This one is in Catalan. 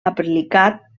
aplicat